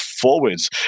forwards